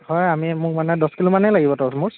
হয় আমি মোক মানে দহ কিলোমানেই লাগিব তৰমুজ